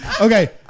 okay